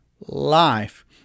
life